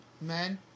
men